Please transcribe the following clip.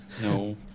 No